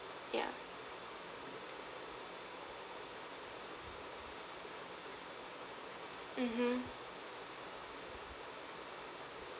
yeah mmhmm